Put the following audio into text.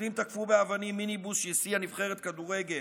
מתנחלים תקפו באבנים מיניבוס שהסיע נבחרת כדורגל,